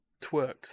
twerks